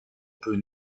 peut